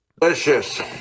Delicious